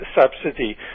subsidy